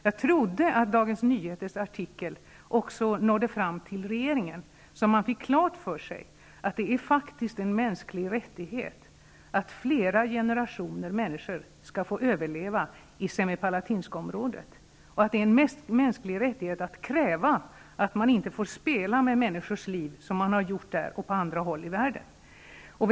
Jag trodde att Dagens Nyheters artikel också nådde fram till regeringen, så att man hade fått klart för sig att det faktiskt är en mänsklig rättighet att flera generationer människor skall få överleva i Semipalatinsk-området och att det är en mänsklig rättighet att kräva att man inte får spela med människors liv, så som man har gjort där och på andra håll i världen.